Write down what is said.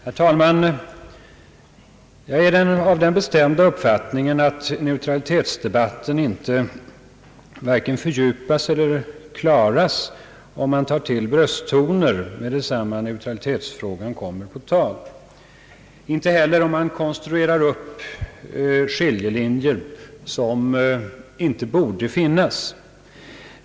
Herr talman! Jag har den bestämda uppfattningen att neutralitetsdebatten varken fördjupas eller blir klarare, om man tar till brösttoner med detsamma neutralitetsfrågan kommer på tal. Inte heller förbättras situationen om man konstruerar upp skiljelinjer som inte borde finnas.